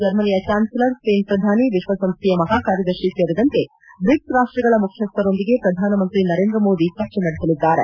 ಜರ್ಮನಿಯ ಚಾನ್ಲೆಲರ್ ಸ್ವೇನ್ ಶ್ರಧಾನಿ ವಿಶ್ವಸಂಸ್ಥೆಯ ಮಹಾಕಾರ್ಯದರ್ಶಿ ಸೇರಿದಂತೆ ಬ್ರಿಕ್ಸ್ ರಾಷ್ಟಗಳ ಮುಖ್ಚಿಸ್ಟರೊಂದಿಗೆ ಪ್ರಧಾನಮಂತ್ರಿ ನರೇಂದ್ರ ಮೋದಿ ಚರ್ಚೆ ನಡೆಸಲಿದ್ದಾರೆ